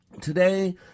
Today